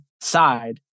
side